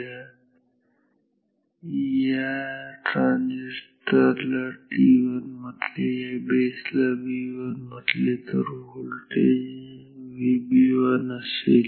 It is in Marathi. जर या ट्रांजिस्टर ला T1 म्हटले या बेसला B1 म्हटले तर व्होल्टेज VB1 असेल